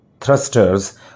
thrusters